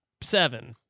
seven